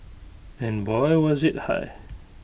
and boy was IT high